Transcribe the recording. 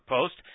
Post